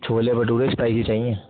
چھولے بٹورے اسپائسی چاہیے